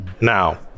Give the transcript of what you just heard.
Now